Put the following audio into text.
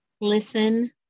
Listen